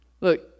look